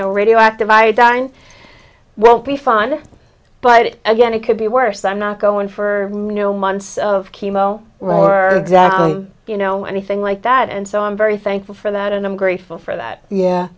know radioactive iodine won't be fine but again it could be worse i'm not going for know months of chemo or you know anything like that and so i'm very thankful for that and i'm grateful for that yeah